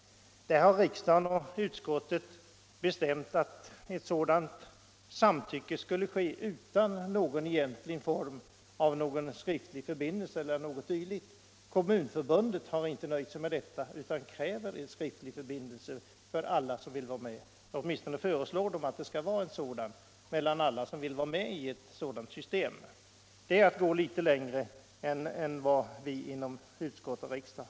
Riksdagen och utskottet har sagt att ett sådant samtycke skulle ske utan någon skriftlig förbindelse. Kommunförbundet har inte nöjt sig med detta utan förordar en skriftlig förbindelse av alla som vill delta i ett förenklat hämtningssystem. Det är att gå litet längre än vi tänkt oss inom utskott och riksdag.